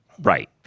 Right